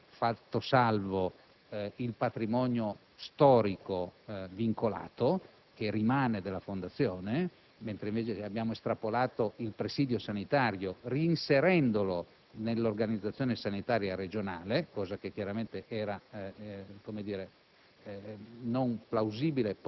tutta la proprietà immobiliare, fatto salvo il patrimonio storico vincolato, che rimane della Fondazione stessa, mentre è stato estrapolato il presidio sanitario, reinserendolo nell'organizzazione sanitaria regionale, non essendo plausibile